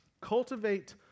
Cultivate